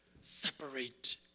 separate